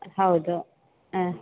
ಹೌದು ಹಾಂ